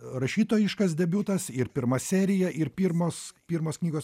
rašytojiškas debiutas ir pirma serija ir pirmos pirmos knygos